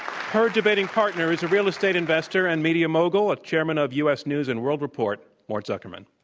her debating partner is a real estate investor and media mogul, a chairman of u. s. news and world report, mort zuckerman.